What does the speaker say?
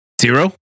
Zero